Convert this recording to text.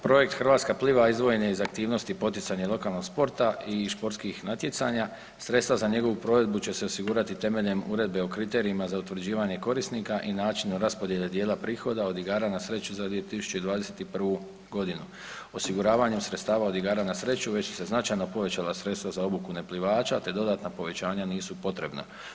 Projekt Hrvatska pliva izdvojen je iz aktivnosti poticanja lokalnog sporta i športskih natjecanja, sredstva za njegovu provedbu će se osigurati temeljem Uredbe o kriterijima za utvrđivanje korisnika i načinu raspodijele dijela prihoda od igara na sreću za 2021.g. Osiguravanjem sredstava od igara na sreću već su se značajno povećala sredstva za obuku neplivača, te dodatna povećanja nisu potrebna.